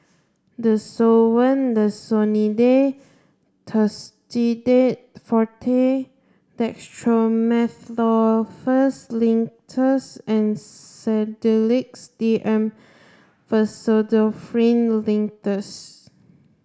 Desowen Desonide Tussidex Forte Dextromethorphan Linctus and Sedilix D M Pseudoephrine Linctus